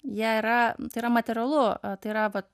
jie yra tai yra materialu tai yra vat